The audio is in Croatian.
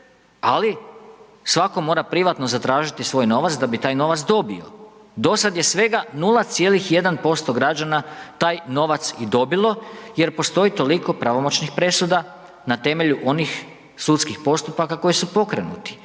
ali svatko mora privatno zatražiti svoj novac da bi taj novac dobio. Dosad je svega 0,1% građana taj novac i dobilo jer postoji i toliko pravomoćnih presuda na temelju onih sudskih postupaka koji su pokrenuti.